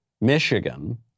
Michigan